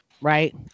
Right